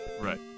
Right